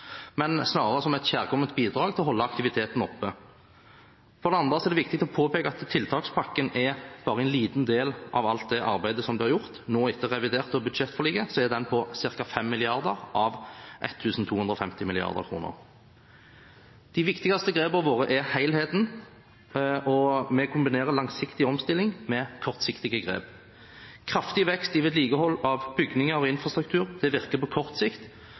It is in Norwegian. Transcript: men snarere som et kjærkommet bidrag for å holde aktiviteten oppe. For det andre er det viktig å påpeke at tiltakspakken er bare en liten del av alt arbeid som er gjort. Nå, etter det reviderte og budsjettforliket, er den på ca. 5 mrd. kr av 1 250 mrd. kr. Det viktigste grepet vårt er helheten, og vi kombinerer langsiktig omstilling med kortsiktige grep. Kraftig vekst i vedlikehold av bygninger og infrastruktur virker på kort sikt,